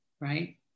right